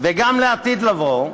וגם לעתיד לבוא,